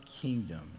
kingdom